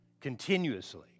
continuously